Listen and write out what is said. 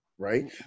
Right